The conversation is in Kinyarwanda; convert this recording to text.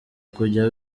kujya